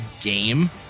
game